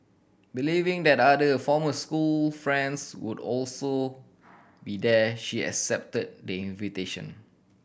believing that other former school friends would also be there she accepted the invitation